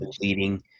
leading